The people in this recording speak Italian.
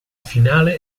finale